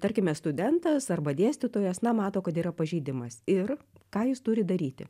tarkime studentas arba dėstytojas na mato kad yra pažeidimas ir ką jis turi daryti